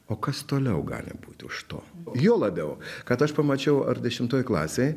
o kas toliau gali būti už to juo labiau kad aš pamačiau ar dešimtoj klasėj